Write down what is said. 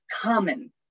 common